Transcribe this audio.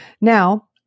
Now